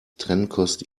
trennkost